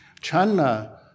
China